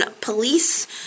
police